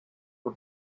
for